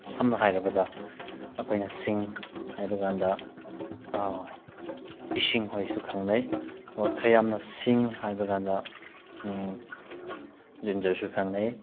ꯁꯝꯅ ꯍꯥꯏꯔꯕꯗ ꯑꯩꯈꯣꯏꯅ ꯁꯤꯡ ꯍꯥꯏꯕꯀꯥꯟꯗ ꯏꯁꯤꯡ ꯍꯣꯏꯁꯨ ꯈꯪꯅꯩ ꯑꯣꯔ ꯈꯔ ꯌꯥꯡꯅ ꯁꯤꯡ ꯍꯥꯏꯕꯀꯥꯟꯗ ꯖꯤꯟꯖꯔꯁꯨ ꯈꯪꯅꯩ